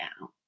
now